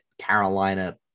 Carolina